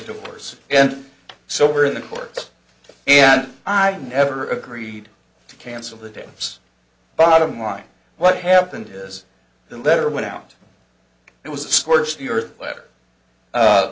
divorce and so we're in the courts and i never agreed to cancel the dance bottom line what happened is the letter went out it was a